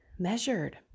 measured